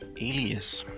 alias.